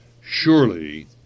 surely